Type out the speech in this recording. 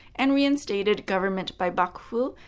and reinstated government by bakufu,